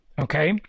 okay